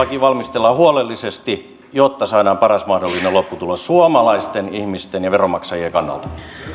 laki valmistellaan huolellisesti jotta saadaan paras mahdollinen lopputulos suomalaisten ihmisten ja veronmaksajien kannalta